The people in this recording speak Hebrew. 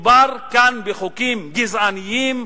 מדובר כאן בחוקים גזעניים,